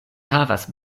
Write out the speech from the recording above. havas